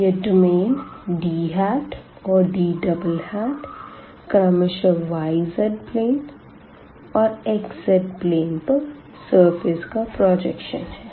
यह डोमेन Dऔर D क्रमशः y zप्लेन और xz प्लेन पर सरफेस का प्रजेक्शन है